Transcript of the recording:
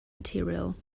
material